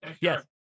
Yes